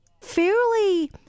Fairly